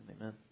Amen